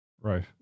Right